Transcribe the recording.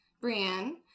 Brienne